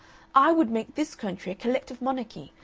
i would make this country a collective monarchy,